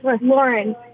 Lauren